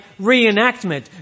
reenactment